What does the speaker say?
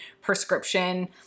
prescription